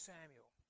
Samuel